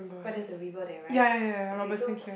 but there's a river there right okay so